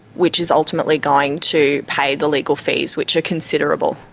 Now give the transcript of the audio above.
which is ultimately going to pay the legal fees, which are considerable.